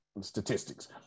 statistics